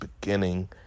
beginning